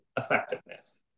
effectiveness